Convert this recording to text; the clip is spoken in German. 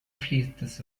fließendes